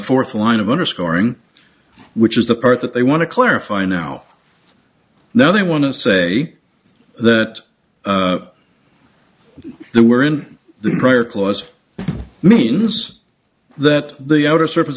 fourth line of underscoring which is the part that they want to clarify now now they want to say that there were in the prior clause means that the outer surface